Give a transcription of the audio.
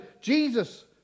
Jesus